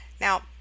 Now